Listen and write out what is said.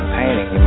painting